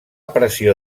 pressió